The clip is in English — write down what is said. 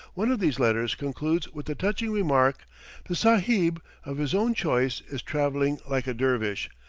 one of these letters concludes with the touching remark the sahib, of his own choice is travelling like a dervish,